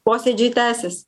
posėdžiai tęsis